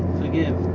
forgive